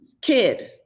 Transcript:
kid